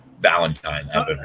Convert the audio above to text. Valentine